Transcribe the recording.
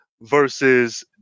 versus